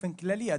באופן כללי,